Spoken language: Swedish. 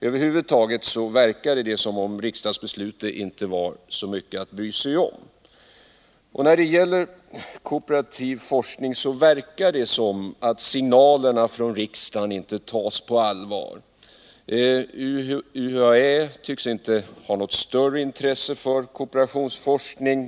Över huvud taget verkade det som om riksdagsbeslutet inte var så mycket att bry sig om. När det gäller kooperativ forskning tycks signalerna från riksdagen inte tas på allvar. UHÄ har tydligen inte något större intresse för kooperationsforskning.